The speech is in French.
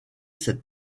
cette